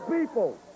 people